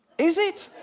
is it?